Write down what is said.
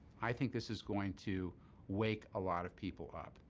i think this is going to wake a lot of people up.